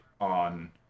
on